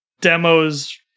demos